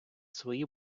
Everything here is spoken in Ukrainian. свої